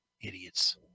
Idiots